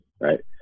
right